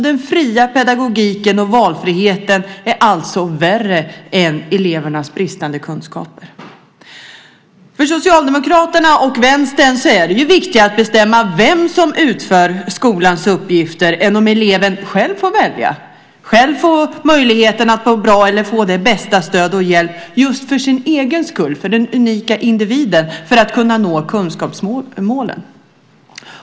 Den fria pedagogiken och valfrihet är alltså värre än elevernas bristande kunskaper. För Socialdemokraterna och Vänstern är det viktigare att bestämma vem som ska utföra skolans uppgifter än att låta eleven själv få välja, att själv få möjligheten att få bästa stöd och hjälp just för sin egen skull, för den unika individen, för att kunna nå kunskapsmålen.